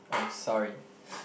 oh sorry